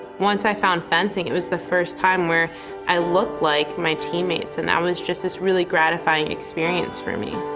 once i found fencing it was the first time where i looked like my teammates and it was just this really gratifying experience for me.